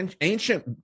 ancient